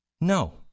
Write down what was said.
No